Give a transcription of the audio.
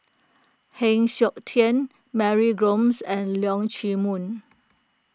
Heng Siok Tian Mary Gomes and Leong Chee Mun